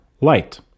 light